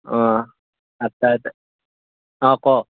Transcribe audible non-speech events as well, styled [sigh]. অঁ [unintelligible] অঁ ক'